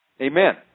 Amen